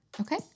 Okay